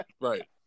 Right